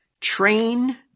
train